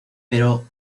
pero